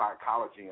psychology